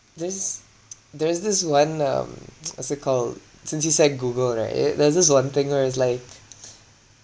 there's there's this one um what's it called since you said google right there's this one thing right it's like